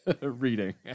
reading